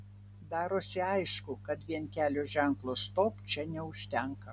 darosi akivaizdu kad vien kelio ženklo stop čia neužtenka